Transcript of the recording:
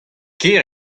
ker